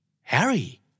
Harry